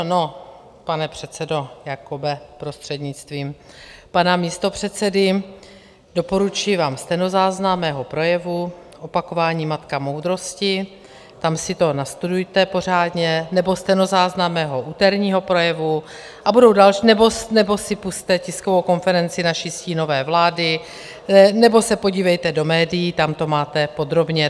No, pane předsedo Jakobe, prostřednictvím pana místopředsedy, doporučuji vám stenozáznam mého projevu, opakování matka moudrosti, tam si to nastudujte pořádně, nebo stenozáznam mého úterního projevu, nebo si pusťte tiskovou konferenci naší stínové vlády, nebo se podívejte do médií, tam to máte podrobně.